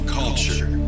culture